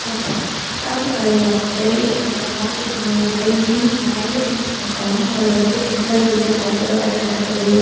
தற்புக் தற்காப்புக் கலையில் வந்துட்டு என்னுடைய ஆர்வத்தை தூண்டினது வந்துட்டு நியூஸ் நிறைய நியூஸ் பார்க்கறோம் அதில் வந்துட்டு பெண்களுக்கு இது நடக்குது அது நடக்குது